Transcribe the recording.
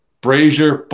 Brazier